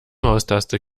maustaste